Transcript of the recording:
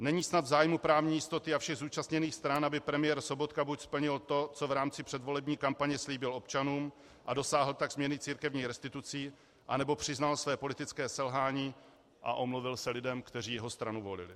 Není snad v zájmu právní jistoty a všech zúčastněných stran, aby pan premiér Sobotka buď splnil to, co v rámci předvolební kampaně slíbil občanům, a dosáhl tak změny církevních restitucí, anebo přiznal své politické selhání a omluvil se lidem, kteří jeho stranu volili?